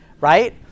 right